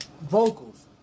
vocals